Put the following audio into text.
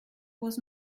was